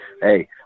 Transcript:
hey